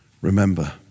Remember